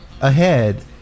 ahead